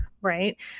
right